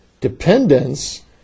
dependence